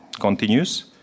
continues